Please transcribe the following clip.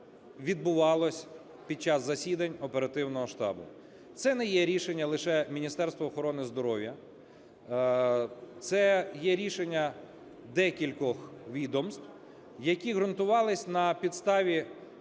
відбувалось під час засідань оперативного штабу. Це не є рішення лише Міністерства охорони здоров'я. Це є рішення декількох відомств, які ґрунтувались на підставі